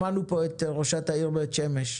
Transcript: שמענו פה את ראשת העיר בית שמש,